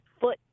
foot